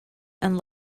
and